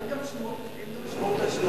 אין גם משמעות לשעה,